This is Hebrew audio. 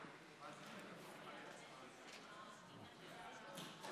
שאנשי המחשוב יבדקו את לוח ההצבעות של חבר הכנסת קרעי